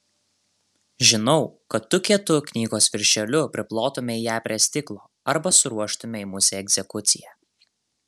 žinau kad tu kietu knygos viršeliu priplotumei ją prie stiklo arba suruoštumei musei egzekuciją